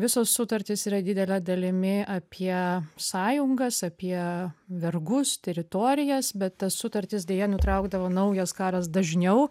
visos sutartys yra didele dalimi apie sąjungas apie vergus teritorijas bet tas sutartis deja nutraukdavo naujas karas dažniau